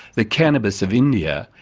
the cannabis of india,